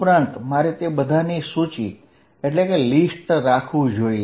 ઉપરાંત મારે તે બધાની સૂચિ રાખવી જોઈએ